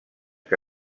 que